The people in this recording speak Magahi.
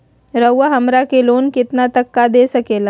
रउरा हमरा के लोन कितना तक का दे सकेला?